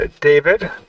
David